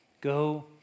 Go